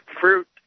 fruit